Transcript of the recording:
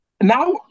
Now